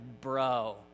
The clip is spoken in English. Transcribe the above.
bro